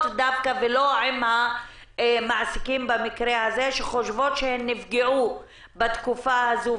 ולא עם המעסיקים במקרה הזה שחושבות שהן נפגעו בתקופה הזו,